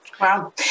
Wow